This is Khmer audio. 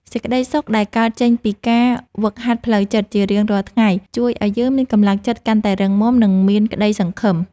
សេចក្តីសុខដែលកើតចេញពីការហ្វឹកហាត់ផ្លូវចិត្តជារៀងរាល់ថ្ងៃជួយឱ្យយើងមានកម្លាំងចិត្តកាន់តែរឹងមាំ និង មានក្តីសង្ឃឹម។